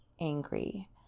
angry